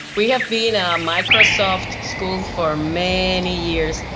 we have been a microsoft school for many years.